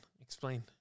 Explain